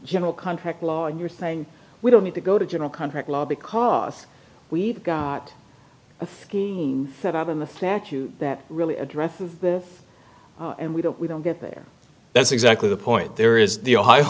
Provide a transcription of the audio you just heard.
general contract law and you're saying we don't need to go to general contract law because we've got that out in the fact that really addresses this and we don't we don't get there that's exactly the point there is the ohio